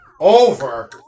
over